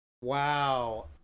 wow